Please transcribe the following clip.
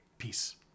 Peace